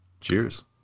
Cheers